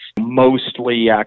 mostly